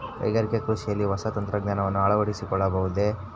ಕೈಗಾರಿಕಾ ಕೃಷಿಯಲ್ಲಿ ಹೊಸ ತಂತ್ರಜ್ಞಾನವನ್ನ ಅಳವಡಿಸಿಕೊಳ್ಳಬಹುದೇ?